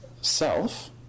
self